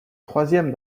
troisième